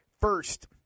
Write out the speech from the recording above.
First